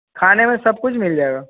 खाने में सब कुछ मिल जाएगा